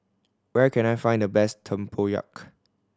where can I find the best tempoyak